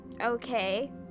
okay